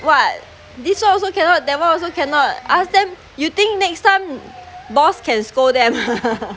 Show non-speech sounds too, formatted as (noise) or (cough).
what this one also cannot that one also cannot ask them you think next time boss can scold them ah (laughs)